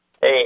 Hey